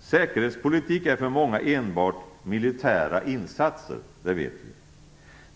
Säkerhetspolitik innebär för många enbart militära insatser, det vet vi.